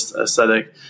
aesthetic